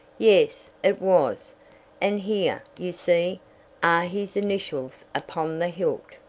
yes, it was and here, you see, are his initials upon the hilt.